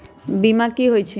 बीमा कि होई छई?